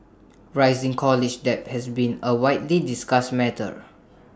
rising college debt has been A widely discussed matter